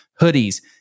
hoodies